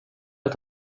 att